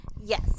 Yes